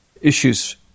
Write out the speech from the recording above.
issues